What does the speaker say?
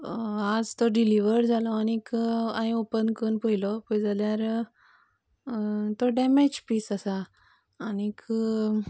आज तो डिल्हीवर जालो आनीक हायेंन ओपन करून पळयलो पयत जाल्यार तो डेमेज पीस आसा आनीक